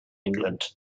england